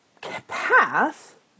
path